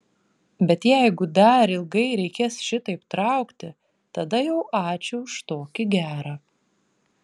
bet jeigu dar ilgai reikės šitaip traukti tada jau ačiū už tokį gerą